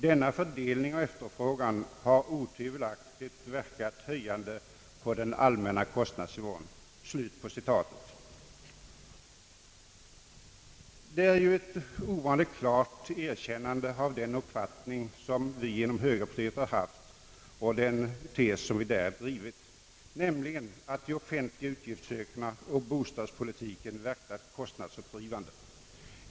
Denna fördelning av efterfrågan har otvivelaktigt verkat höjande på den allmänna kostnadsnivån.» Det är ett ovanligt klart erkännande av den uppfattning som vi inom högerpartiet har haft och den tes som vi drivit, nämligen att de offentliga utgiftsökningarna och bostadspolitiken verkat kostnadsuppdrivande.